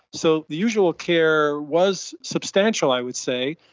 so the usual care was substantial, i would say,